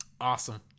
Awesome